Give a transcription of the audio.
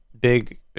big